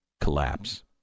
Collapse